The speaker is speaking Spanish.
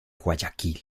guayaquil